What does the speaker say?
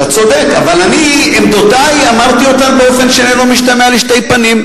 את עמדותי אמרתי באופן שאינו משתמע לשתי פנים.